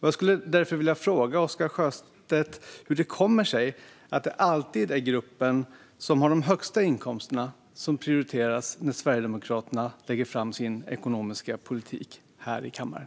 Jag skulle därför vilja fråga Oscar Sjöstedt hur det kommer sig att det alltid är den grupp som har de högsta inkomsterna som prioriteras när Sverigedemokraterna lägger fram sin ekonomiska politik här i kammaren.